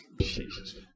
Jesus